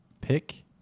pick